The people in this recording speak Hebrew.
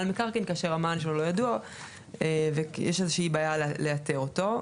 מקרקעין כאשר המען שלו לא ידוע ויש איזה שהיא בעיה לאתר אותו.